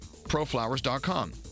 proflowers.com